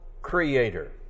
creator